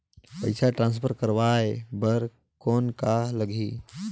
पइसा ट्रांसफर करवाय बर कौन का लगही?